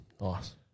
Nice